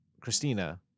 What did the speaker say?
Christina